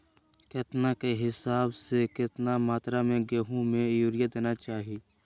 केतना के हिसाब से, कितना मात्रा में गेहूं में यूरिया देना चाही?